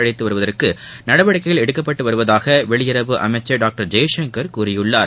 அழைத்துக் வருவதற்கு நடவடிக்கைகள் எடுக்கப்படுவதாக வெளியுறவு அமைச்சர் டாக்கடர் ஜெய்சங்கள் கூறியிருக்கிறார்